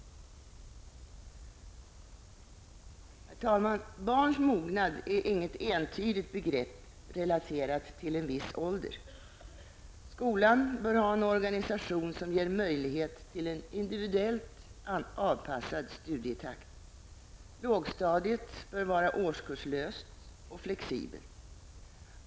Herr talman! Barns mognad är inget entydigt begrepp relaterat till en viss ålder. Skolan bör ha en organisation som ger möjlighet till en individuellt avpassad studietakt. Lågstadiet bör vara årskurslöst och flexibelt.